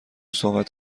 صحبت